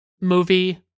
movie